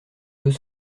deux